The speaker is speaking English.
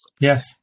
Yes